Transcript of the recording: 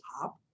top